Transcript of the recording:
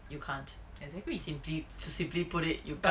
you can't simply to simply put it you can't